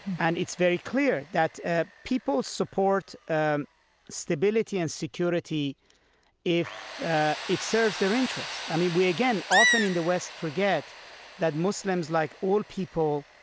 and it's very clear that ah people support ah stability and security if it serves their interests. i mean, we again often in the west forget that muslims, like all people,